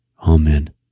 Amen